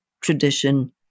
tradition